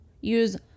use